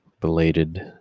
belated